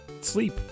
Sleep